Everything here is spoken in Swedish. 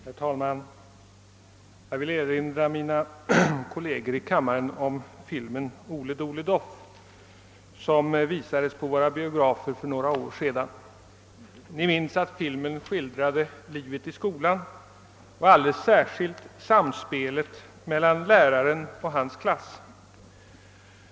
Herr talman! Jag vill erinra mina kolleger i kammaren om filmen »Ole Dole Doff», som visades på våra biografer för några år sedan. Ni minns kanske att filmen skildrade livet i skolan, särskilt samspelet mellan läraren och hans klass.